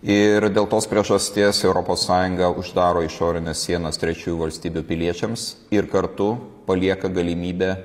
ir dėl tos priežasties europos sąjunga uždaro išorines sienas trečiųjų valstybių piliečiams ir kartu palieka galimybę